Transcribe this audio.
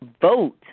vote